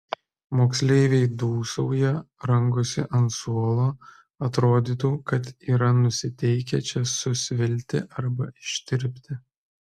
moksleiviai dūsauja rangosi ant suolo atrodytų kad yra nusiteikę čia susvilti arba ištirpti